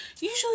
usually